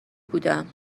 بودم